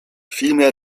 vielmehr